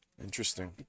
interesting